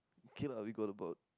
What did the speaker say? okay lah we got about